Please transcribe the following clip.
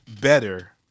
better